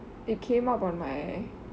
it came up on my